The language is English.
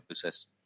process